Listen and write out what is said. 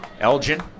Elgin